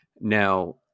Now